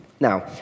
Now